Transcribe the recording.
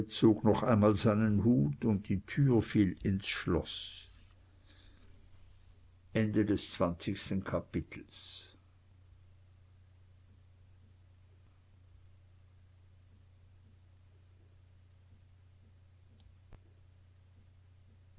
zog noch einmal seinen hut und die tür fiel ins schloß einundzwanzigstes kapitel